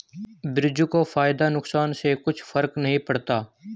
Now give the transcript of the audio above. बिरजू को फायदा नुकसान से कुछ फर्क नहीं पड़ता